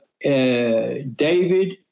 David